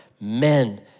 men